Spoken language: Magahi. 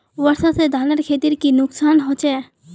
वर्षा से धानेर खेतीर की नुकसान होचे?